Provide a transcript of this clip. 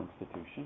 institution